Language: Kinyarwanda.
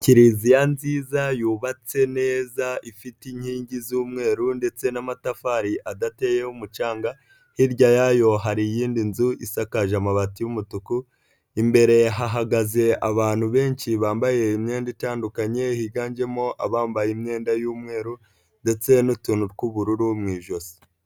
Kiliziya nziza yubatse neza ifite inkingi z'umweru ndetse n'amatafari adateyeho umucanga. Hirya yayo hari iyindi nzu isakaje amabati y'umutuku; imbere hahagaze abantu benshi bambaye imyenda itandukanye; higanjemo abambaye imyenda y'umweru ndetse n'utuntu tw'ubururu mu ijosi.